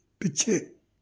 ਪਿੱਛੇ